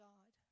God